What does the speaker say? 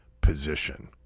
position